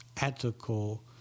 ethical